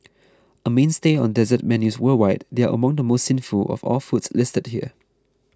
a mainstay on dessert menus worldwide they are among the most sinful of all the foods listed here